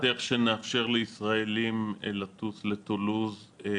את מעלה בדעתך שנאפשר לישראלים לטוס לטולוז,